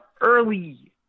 early